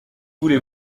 voulez